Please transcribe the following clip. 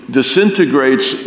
disintegrates